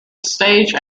stage